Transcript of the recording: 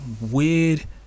weird